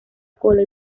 cola